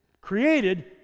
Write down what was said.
created